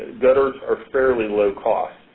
gutters are fairly low cost.